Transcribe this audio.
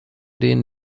den